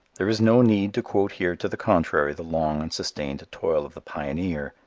there is no need to quote here to the contrary the long and sustained toil of the pioneer,